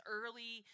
early